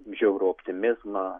žiaurų optimizmą